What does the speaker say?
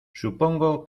supongo